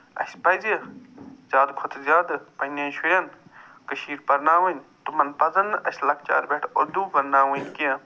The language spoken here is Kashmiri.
اَسہِ پَزِ زیادٕ کھۄتہٕ زیادٕ پنٛنٮ۪ن شُرٮ۪ن کٔشیٖرِ پرناوٕنۍ تِمن پَزن نہٕ اَسہِ لۄکچار پٮ۪ٹھ اُردو پرناوٕنۍ کیٚنٛہہ